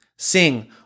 Sing